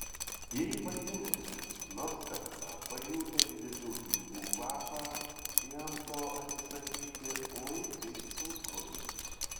jei valdininkas nors kartą pajuto didelių pinigų kvapą jam to atsisakyti oi kaip sunku